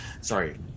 sorry